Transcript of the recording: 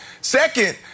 Second